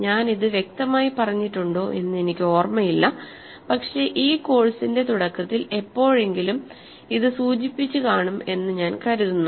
ഞാൻ ഇത് വ്യക്തമായി പറഞ്ഞിട്ടുണ്ടോ എന്ന് എനിക്ക് ഓർമയില്ല പക്ഷേ ഈ കോഴ്സിന്റെ തുടക്കത്തിൽ എപ്പോഴെങ്കിലും ഇത് സൂചിപ്പിച്ചു കാണും എന്ന് ഞാൻ കരുതുന്നു